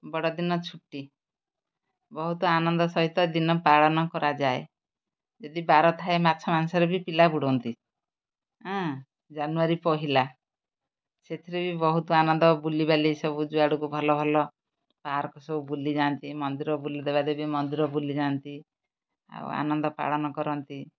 ବଡ଼ଦିନ ଛୁଟି ବହୁତ ଆନନ୍ଦ ସହିତ ଦିନ ପାଳନ କରାଯାଏ ଯଦି ବାର ଥାଏ ମାଛ ମାଂସରେ ବି ପିଲା ବୁଡ଼ନ୍ତି ଜାନୁଆରୀ ପହିଲା ସେଥିରେ ବି ବହୁତ ଆନନ୍ଦ ବୁଲି ବାଲି ସବୁ ଯୁଆଡ଼ୁକୁ ଭଲ ଭଲ ପାର୍କ୍ ସବୁ ବୁଲିଯାଆନ୍ତି ମନ୍ଦିର ବୁଲି ଦେବା ଦେବୀ ମନ୍ଦିର ବୁଲିଯାନ୍ତି ଆଉ ଆନନ୍ଦ ପାଳନ କରନ୍ତି